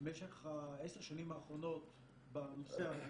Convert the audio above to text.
במשך עשר השנים האחרונות בנושא הזה.